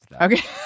okay